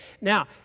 Now